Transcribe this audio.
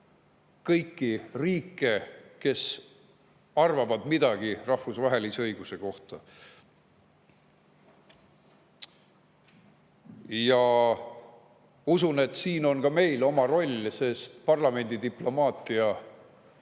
kõiki riike, kes arvavad midagi rahvusvahelise õiguse kohta. Ja usun, et siin on ka meil oma roll, sest parlamendidiplomaatia